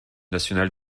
national